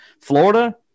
Florida